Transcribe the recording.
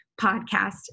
Podcast